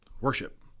worship